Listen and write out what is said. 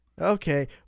okay